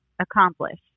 accomplish